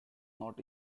not